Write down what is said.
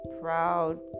proud